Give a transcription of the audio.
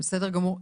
בסדר גמור.